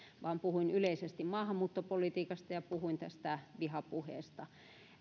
vaan puhuin yleisesti maahanmuuttopolitiikasta ja puhuin tästä vihapuheesta